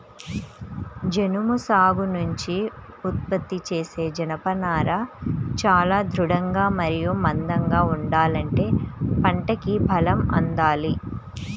జనుము సాగు నుంచి ఉత్పత్తి చేసే జనపనార చాలా దృఢంగా మరియు మందంగా ఉండాలంటే పంటకి బలం అందాలి